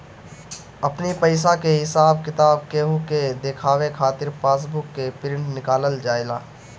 अपनी पईसा के हिसाब किताब केहू के देखावे खातिर पासबुक के प्रिंट निकालल जाएला